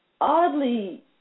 Oddly